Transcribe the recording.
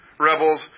Rebels